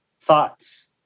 thoughts